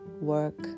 work